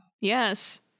Yes